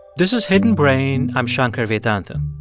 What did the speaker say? this is hidden brain. i'm shankar vedantam.